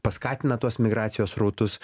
paskatina tuos migracijos srautus